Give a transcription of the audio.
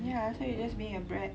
ya so you're just being a brat